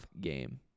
game